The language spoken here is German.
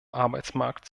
arbeitsmarkt